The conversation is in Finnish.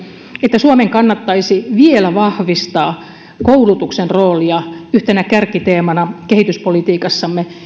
että suomen kannattaisi vielä vahvistaa koulutuksen roolia yhtenä kärkiteemana kehityspolitiikassamme